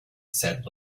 said